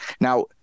Now